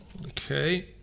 Okay